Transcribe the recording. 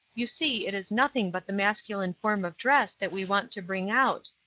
you see it is nothing but the masculine form of dress that we want to bring out.